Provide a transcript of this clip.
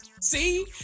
See